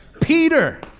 Peter